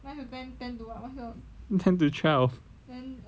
ten to twelve